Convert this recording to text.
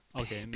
Okay